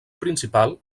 principal